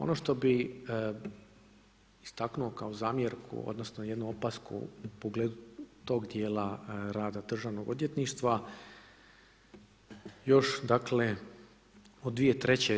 Ono što bih istaknuo kao zamjerku, odnosno jednu opasku u pogledu tog djela rada državnog odvjetništva, još od 2003.